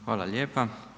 Hvala lijepa.